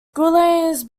guillaume